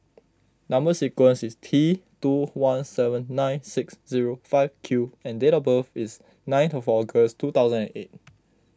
Number Sequence is T two one seven nine six zero five Q and date of birth is nine to August two thousand and eight